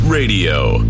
Radio